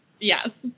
Yes